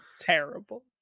Terrible